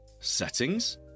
Settings